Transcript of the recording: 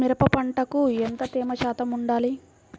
మిరప పంటకు ఎంత తేమ శాతం వుండాలి?